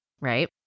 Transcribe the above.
Right